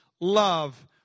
love